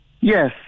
yes